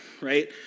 right